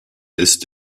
ist